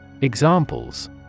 Examples